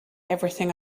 everything